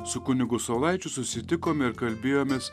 su kunigu saulaičiu susitikome ir kalbėjomės